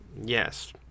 Yes